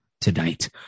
tonight